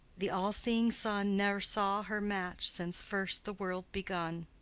the all-seeing sun ne'er saw her match since first the world begun.